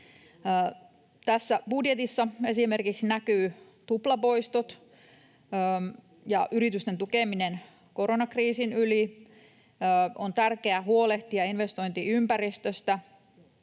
Tässä budjetissa näkyy esimerkiksi tuplapoistot ja yritysten tukeminen koronakriisin yli. On tärkeää huolehtia investointiympäristöstä.